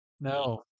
No